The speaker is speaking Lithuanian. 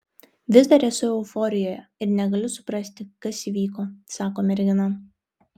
vis dar esu euforijoje ir negaliu suprasti kas įvyko sako mergina